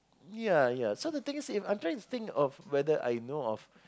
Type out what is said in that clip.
ya ya so the thing is if I'm trying to think of whether I know of